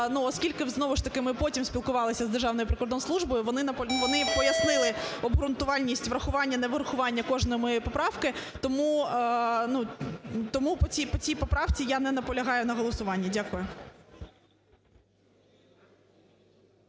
оскільки знову ж таки ми потім спілкувалися з Державною прикордонслужбою, вони пояснили обґрунтованість врахування-неврахування кожної моєї поправки, тому по цій поправці я не наполягаю на голосуванні. Дякую.